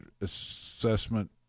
Assessment